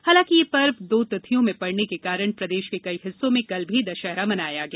हालांकि यह पर्व दो तिथियों में पड़ने के कारण प्रदेश के कई हिस्सों में कल भी दशहरा मनाया गया